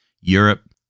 Europe